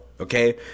Okay